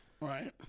Right